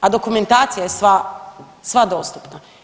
A dokumentacija je sva dostupna.